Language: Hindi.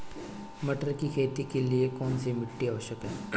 मटर की खेती के लिए कौन सी मिट्टी आवश्यक है?